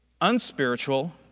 unspiritual